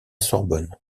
sorbonne